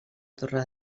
torre